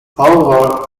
however